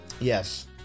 Yes